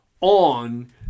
on